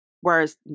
Whereas